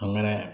അങ്ങനെ